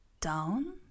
down